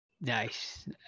nice